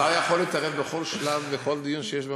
שר יכול להתערב בכל שלב, בכל דיון שיש במליאה.